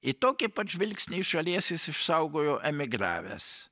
ir tokį pat žvilgsnį iš šalies jis išsaugojo emigravęs